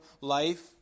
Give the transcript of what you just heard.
life